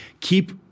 keep